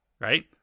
Right